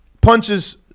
punches